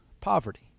poverty